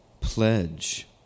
pledge